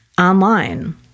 online